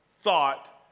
thought